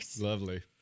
lovely